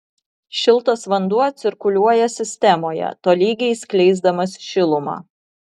šiltas vanduo cirkuliuoja sistemoje tolygiai skleisdamas šilumą